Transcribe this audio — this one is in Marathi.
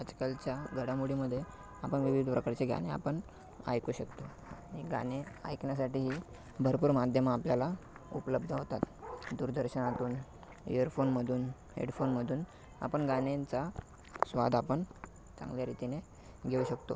आजकालच्या घडामोडीमध्ये आपण विविध प्रकारचे गाणे आपण ऐकू शकतो आणि गाणे ऐकण्यासाठीही भरपूर माध्यमं आपल्याला उपलब्ध होतात दूरदर्शनातून इअरफोनमधून हेडफोनमधून आपण गाण्यांचा स्वाद आपण चांगल्या रीतीने घेऊ शकतो